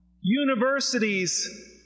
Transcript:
Universities